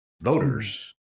voters